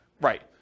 Right